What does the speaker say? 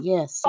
Yes